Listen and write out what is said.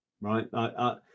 right